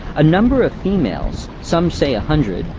a number of females, some say a hundred,